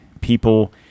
people